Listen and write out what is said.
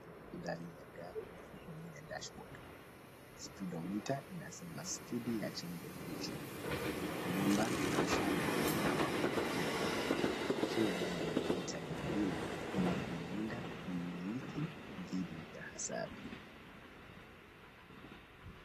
Ndani ya gari sehemu ya dashboard . speedometer inasema speed ya chombo hicho namba na mshale zinawaka nyekundu .Kila gari linahitaji bima ila kumulinda mumiliki dhidi ya hasara.